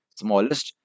smallest